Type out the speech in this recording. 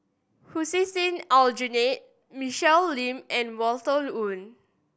Hussein Aljunied Michelle Lim and Walter Woon